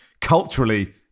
culturally